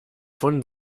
von